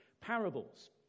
parables